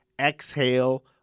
exhale